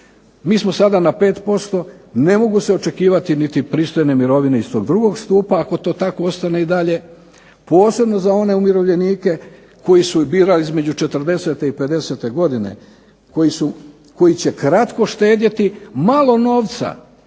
Mi samo sada na 5%, ne mogu se očekivati niti pristojne mirovine iz tog drugog stupa, ako to tako ostane i dalje, posebno za one umirovljenike koji su birali između 40. i 50. godine koji će kratko štedjeti malo novca,